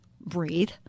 breathe